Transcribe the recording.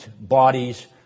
bodies